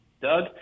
Doug